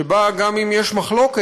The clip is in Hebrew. שבה גם אם יש מחלוקת,